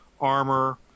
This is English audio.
armor